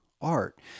art